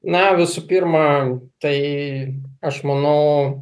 na visų pirma tai aš manau